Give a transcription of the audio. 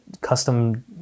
custom